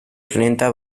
renta